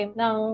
ng